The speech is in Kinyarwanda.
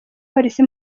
polisi